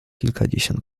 kilkadziesiąt